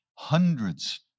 Hundreds